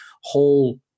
whole